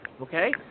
Okay